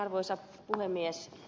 arvoisa puhemies